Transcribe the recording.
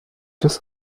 das